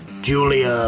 Julia